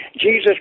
Jesus